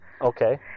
Okay